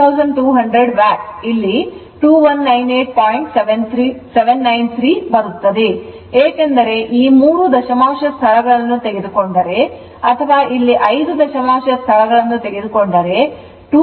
793 ಬರುತ್ತಿದೆ ಏಕೆಂದರೆ ಈ ಮೂರು ದಶಮಾಂಶ ಸ್ಥಳಗಳನ್ನು ತೆಗೆದುಕೊಂಡರೆ ಅಥವಾ ಇಲ್ಲಿ ಐದು ದಶಮಾಂಶ ಸ್ಥಳಗಳನ್ನು ತೆಗೆದುಕೊಂಡರೆ 2200 ವ್ಯಾಟ್ ಸಿಗುತ್ತದೆ